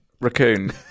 Raccoon